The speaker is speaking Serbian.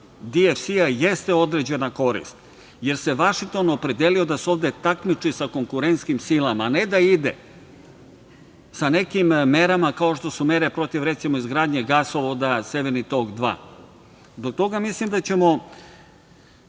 DFC jeste određena korist jer se Vašington opredelio da se ovde takmiči sa konkurentskim silama, a ne da ide sa nekim merama kao što su mere protiv, recimo, izgradnje gasovoda Severni tog 2. Zbog toga mislim da ćemo